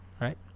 right